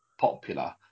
popular